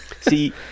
See